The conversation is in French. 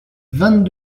vingt